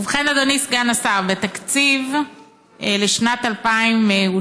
ובכן, אדוני סגן השר, בתקציב לשנת 2019,